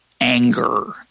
anger